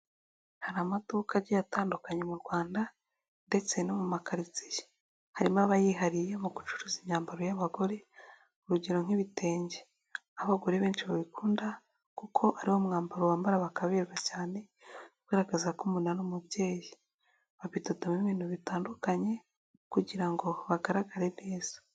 Hari amaduka agiye atandukanye mu Rwanda ndetse no mu makaritiye harimo abayihariye mu gucuruza imyambaro y'abagore, urugero nk'ibitenge. Aho abagore benshi babikunda, kuko ari wo mwambaro bambara bakaberwa cyane ugaragaza ko umuntu ari umubyeyi, babidodamo ibintu bitandukanye kugira ngo bagaragare neza.